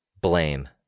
Blame